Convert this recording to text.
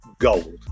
gold